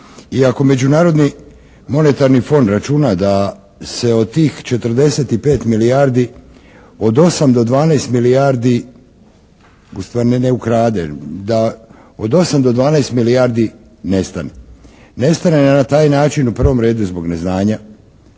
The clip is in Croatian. ako Međunarodni monetarni fond računa da se od tih 45 milijardi od 8 do 12 milijardi u stvari ne ukrade, da od 8 do 12 milijardi nestane. Nestane na taj način u prvom redu zbog neznanja